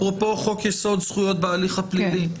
אפרופו חוק יסוד זכויות בהליך הפלילי,